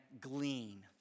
glean